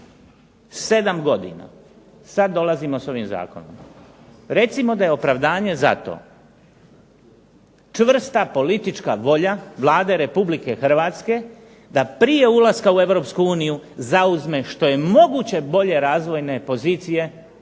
7 godina. Sad dolazimo s ovim zakonom. Recimo da je opravdanje za to čvrsta politička volja Vlade Republike Hrvatske da prije ulaska u Europsku uniju zauzme što je moguće bolje razvojne pozicije